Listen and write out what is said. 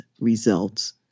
results